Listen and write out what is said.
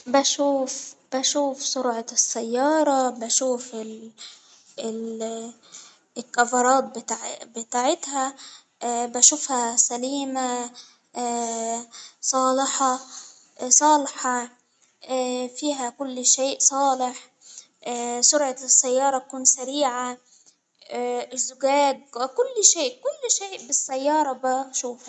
بشوف بشوف سرعة السيارة بشوف ال-الكفرات بتاعتها بشوفها سلامة صالحة صالحة فيها كل شيء صالح سرعة السيارة تكون سريعة، الزجاج كل شيء كل شيء بالسيارة بشوفة.